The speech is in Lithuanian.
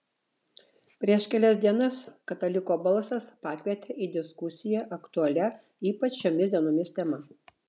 prieš kelias dienas kataliko balsas pakvietė į diskusiją aktualia ypač šiomis dienomis tema